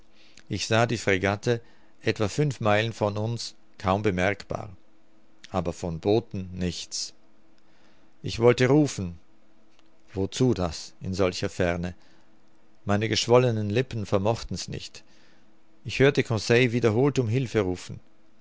ich sah die fregatte etwa fünf meilen von uns kaum bemerkbar aber von booten nichts ich wollte rufen wozu das in solcher ferne meine geschwollenen lippen vermochten's nicht ich hörte conseil wiederholt um hilfe rufen